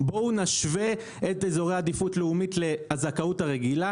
בואו נשווה את אזורי עדיפות לאומית לזכאות הרגילה,